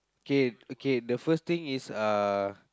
okay okay the first thing is uh